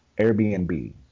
Airbnb